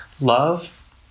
love